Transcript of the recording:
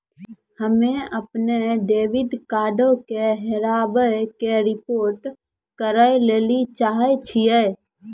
हम्मे अपनो डेबिट कार्डो के हेराबै के रिपोर्ट करै लेली चाहै छियै